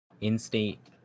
in-state